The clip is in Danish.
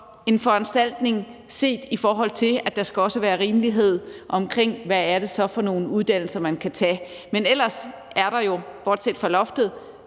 en foranstaltning, der skal ses, i forhold til at der også skal være rimelighed i, hvad det er for nogle uddannelser, man kan tage. Men ellers er der jo bortset fra loftet